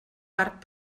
part